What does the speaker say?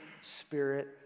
Spirit